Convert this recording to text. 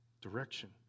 Direction